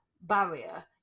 barrier